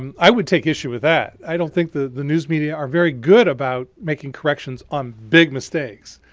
um i would take issue with that. i don't think the news media are very good about making corrections on big mistakes.